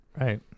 Right